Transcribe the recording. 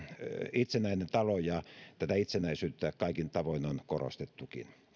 itsenäinen talo ja tätä itsenäisyyttä kaikin tavoin on korostettukin